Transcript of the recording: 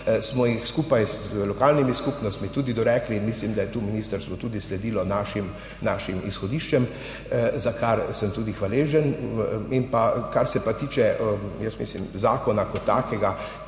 smo jih skupaj z lokalnimi skupnostmi tudi dorekli in mislim, da je ministrstvo tudi sledilo našim izhodiščem, za kar sem tudi hvaležen. Kar se pa tiče zakona kot takega,